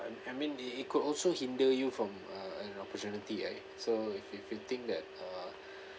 I mean it could also hinder you from uh an opportunity right so if if you think that uh